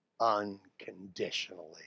unconditionally